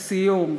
לסיום: